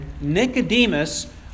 Nicodemus